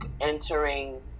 entering